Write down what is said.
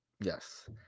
Yes